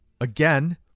again